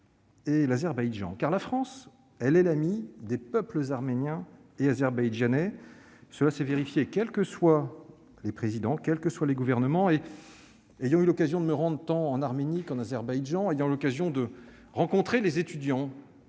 et l'Azerbaïdjan, car la France est l'amie des peuples arméniens et azerbaïdjanais. Cela s'est vérifié, quels que soient les présidents et les gouvernements. Ayant eu l'occasion de me rendre tant en Arménie qu'en Azerbaïdjan, ayant eu l'occasion de rencontrer les étudiants